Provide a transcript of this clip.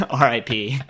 RIP